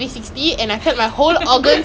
wait I think I went to the cylon [one] ya ya